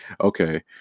Okay